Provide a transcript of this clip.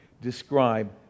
describe